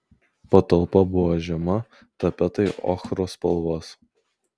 patalpa buvo žema tapetai ochros spalvos